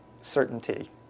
certainty